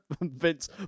Vince